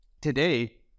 today